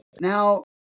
Now